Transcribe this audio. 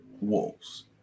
Wolves